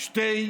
תקשיב.